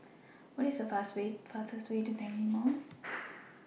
Find The fastest Way to Tanglin Mall